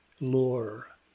lore